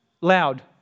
Loud